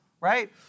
right